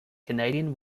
canadian